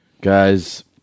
Guys